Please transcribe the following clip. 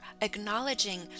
acknowledging